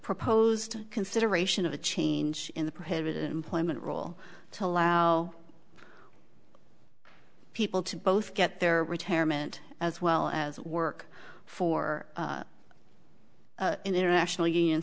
proposed consideration of a change in the prohibited employment rule to allow people to both get their retirement as well as work for an international union